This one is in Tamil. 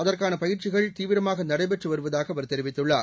அதற்கான பயிற்சிகள் தீவிரமாக நடைபெற்று வருவதாக அவர் தெரிவித்துள்ளார்